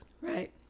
Right